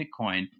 Bitcoin